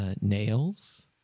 nails